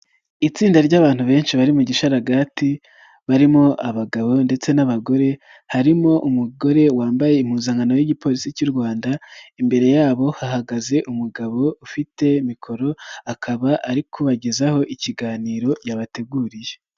Itsinda ry'abantu benshi bari mu gisharagati, barimo abagabo ndetse n'abagore, harimo umugore wambaye impuzankano y'igipolisi cy'u Rwanda, imbere yabo hahagaze umugabo ufite mikoro, akaba ari kubagezaho ikiganiro yabateguriye.